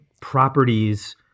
properties